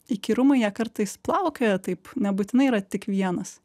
įkyrumai jie kartais plaukioja taip ne būtinai yra tik vienas